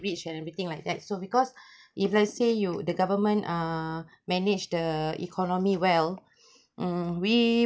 rich and everything like that so because if let's say you the government uh manage the economy well mm we